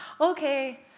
Okay